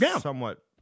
somewhat